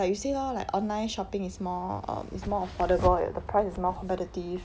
like you say lor like online shopping is more um is more affordable and the price is more competitive